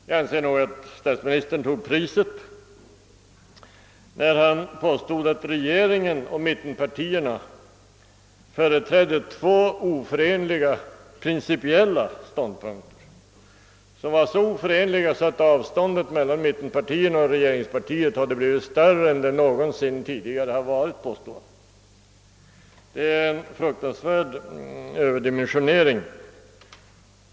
Jag anser att statsministern tog priset, när han påstod, att regeringen och mittenpartierna företrädde två oförenliga principiella ståndpunkter, som var så oförenliga, att avståndet mellan mittenpartierna och regeringspartierna hade blivit större än det någonsin tidigare hade varit. Det är en fruktansvärd överdimensionering.